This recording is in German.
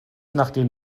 nachdem